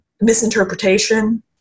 misinterpretation